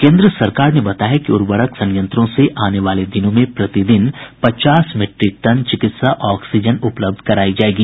केंद्र सरकार ने बताया है कि उर्वरक संयंत्रों से आने वाले दिनों में प्रतिदिन पचास मीट्रिक टन चिकित्सा ऑक्सीजन उपलब्ध कराई जाएगी